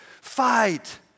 fight